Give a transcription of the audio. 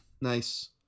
Nice